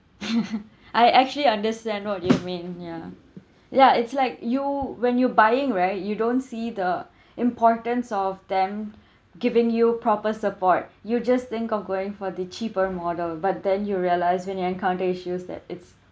I actually understand what you mean ya ya it's like you when you buying right you don't see the importance of them giving you proper support you just think of going for the cheaper model but then you realise when you encounter issues that it's